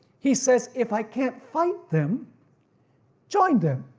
he says if i can't fight them join them,